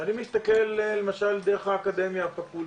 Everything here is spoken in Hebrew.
ואני מסתכל למשל דרך האקדמיה, הפקולטה.